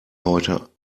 heute